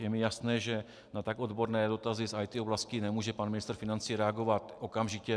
Je mi jasné, že na tak odborné dotazy z IT oblasti nemůže pan ministr financí reagovat okamžitě.